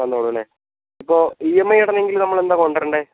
വന്നോളൂല്ലേ ഇപ്പോൾ E M I ആണെന്നെങ്കിൽ നമ്മളെന്താ കൊണ്ടു വരേണ്ടത്